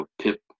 Pip